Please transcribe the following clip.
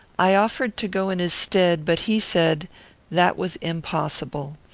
i offered to go in his stead, but he said that was impossible.